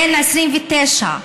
בן 29,